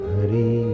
Hari